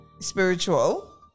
spiritual